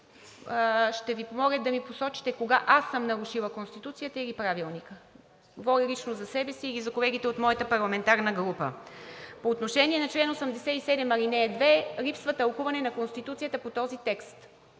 Ще Ви помоля да ми посочите кога аз съм нарушила Конституцията или Правилника – говоря лично за себе си или за колегите от моята парламентарна група. По отношение на чл. 87, ал. 2 липсва тълкуване на Конституцията по този текст,